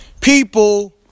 People